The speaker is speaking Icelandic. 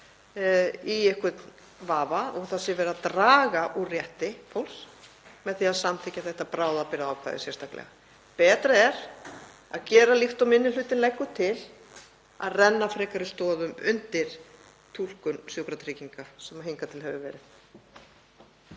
í einhvern vafa og að verið sé að draga úr rétti fólks með því að samþykkja þetta bráðabirgðaákvæði sérstaklega. Betra er að gera líkt og minni hlutinn leggur til, að renna frekari stoðum undir túlkun Sjúkratrygginga sem hingað til hefur verið.